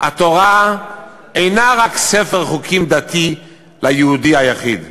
התורה אינה רק ספר חוקים דתי ליהודי היחיד,